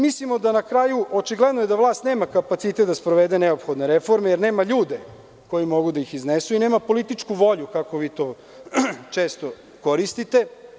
Mislimo, na kraju, očigledno je da vlast nema kapacitet da sprovede neophodne reforme, jer nema ljude koji mogu da ih iznesu i nema političku volju, kako vi to često koristite.